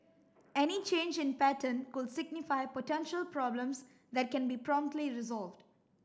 any change in pattern could signify potential problems that can be promptly resolved